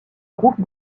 groupe